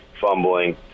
fumbling